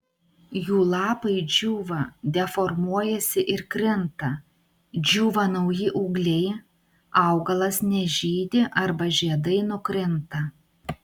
jų lapai džiūva deformuojasi ir krinta džiūva nauji ūgliai augalas nežydi arba žiedai nukrinta